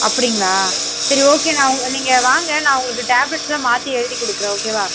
அப்படிங்களா சரி ஓகே நான் உங்க நீங்கள் வாங்க நான் உங்களுக்கு டேப்லட்ஸ்யெலாம் மாற்றி எழுதி கொடுக்குறேன் ஓகேவா